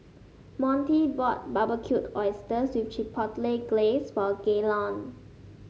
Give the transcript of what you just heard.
Montie bought Barbecued Oysters with Chipotle Glaze for Gaylon